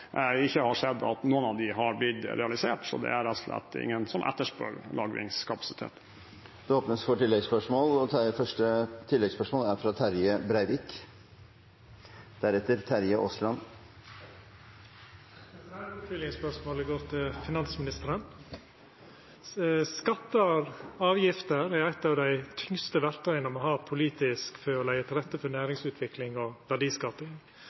ikke skjedd at noen av dem har blitt realisert. Så det er rett og slett ingen som etterspør lagringskapasitet. Det blir oppfølgingsspørsmål – først Terje Breivik. Oppfylgingsspørsmålet går til finansministeren. Skattar og avgifter er eit av dei tyngste politiske verktøya me har for å leggja til rette for næringsutvikling og verdiskaping.